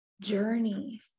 journey